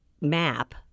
map—